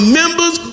members